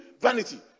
vanity